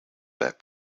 back